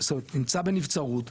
נמצא בנבצרות,